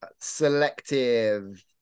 selective